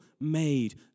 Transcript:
made